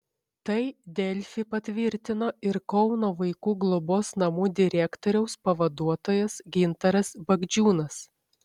tai delfi patvirtino ir kauno vaikų globos namų direktoriaus pavaduotojas gintaras bagdžiūnas